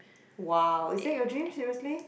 !wow! is that your dream seriously